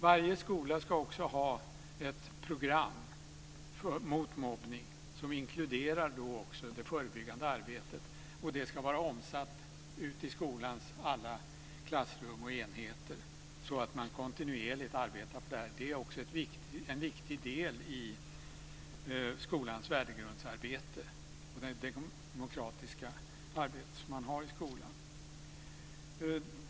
Varje skola ska också ha ett program mot mobbning som inkluderar också det förebyggande arbetet, och det ska vara omsatt ute i skolans alla klassrum och enheter så att man kontinuerligt arbetar på det här. Det är också en viktig del i skolans värdegrundsarbete och det demokratiska arbete som man har i skolan.